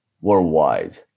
worldwide